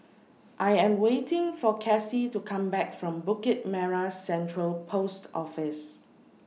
I Am waiting For Casie to Come Back from Bukit Merah Central Post Office